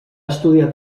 estudiar